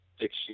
six